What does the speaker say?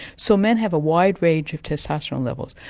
so men have a wide range of testosterone levels.